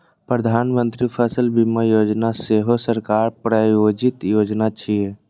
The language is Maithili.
प्रधानमंत्री फसल बीमा योजना सेहो सरकार प्रायोजित योजना छियै